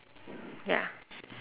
ya